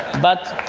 but